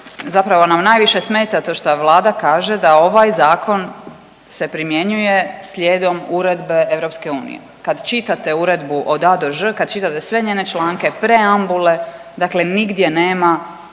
zapravo nam najviše smeta to šta Vlada kaže da ovaj zakon se primjenjuje slijedom Uredbe EU. Kad čitate uredbu od A do Ž, kad čitate sve njene članke, preambule, dakle nigdje nema